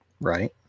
Right